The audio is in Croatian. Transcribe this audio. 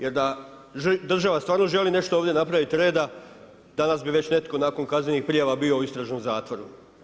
Jer, da država stvarno želi nešto ovdje napraviti reda, danas bi već netko nakon kaznenih prijava bio u istražnom zatvoru.